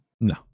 No